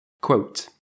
Quote